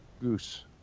Goose